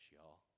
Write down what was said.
y'all